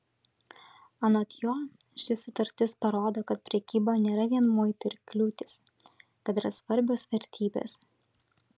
anot jo ši sutartis parodo kad prekyba nėra vien muitai ir kliūtys kad yra svarbios vertybės